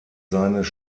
seines